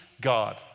God